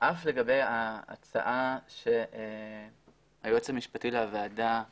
לגבי ההצעה של היועץ המשפטי לוועדה העלה,